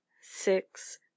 six